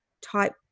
type